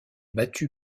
battu